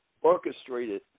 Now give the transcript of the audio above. orchestrated